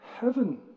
heaven